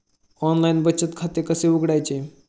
Online बचत खाते कसे उघडायचे?